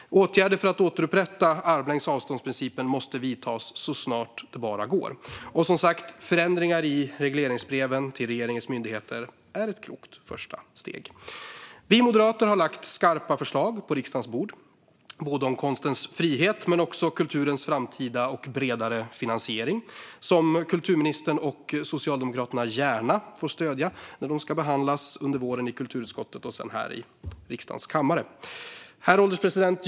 Åtgärder för att återupprätta principen om armlängds avstånd måste vidtas så snart det bara går. Och, som sagt, förändringar i regleringsbreven till regeringens myndigheter är ett klokt första steg. Herr ålderspresident!